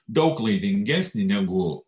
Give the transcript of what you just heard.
daug laimingesni negu